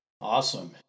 Awesome